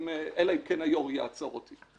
אלא אם כן היושב-ראש יעצור אותי.